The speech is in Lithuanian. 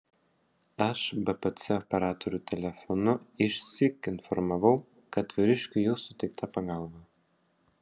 aš bpc operatorių telefonu išsyk informavau kad vyriškiui jau suteikta pagalba